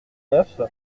neuf